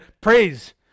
praise